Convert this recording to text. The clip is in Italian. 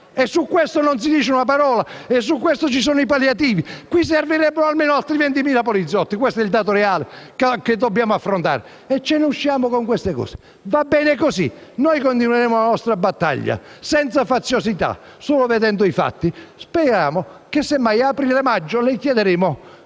ma su questo non si dice una parola e ci sono solo palliativi. Qui servirebbero almeno altri 20.000 poliziotti: questo è il dato reale che dobbiamo affrontare. E ce ne usciamo invece con queste cose. Va bene così, noi continueremo la nostra battaglia, senza faziosità, solo vedendo i fatti. Semmai, ad aprile o a maggio le chiederemo